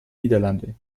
niederlande